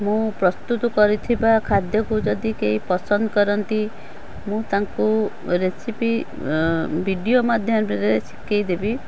ମୁଁ ପ୍ରସ୍ତୁତ କରିଥିବା ଖାଦ୍ୟକୁ ଯଦି କେହି ପସନ୍ଦ କରନ୍ତି ମୁଁ ତାଙ୍କୁ ରେସିପି ଭିଡ଼ିଓ ମଧ୍ୟାନ୍ତରେ ଶିଖେଇଦେବି